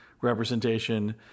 representation